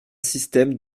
système